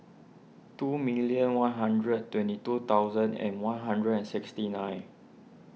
two million one hundred twenty two thousand and one hundred and sixty nine